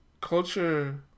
culture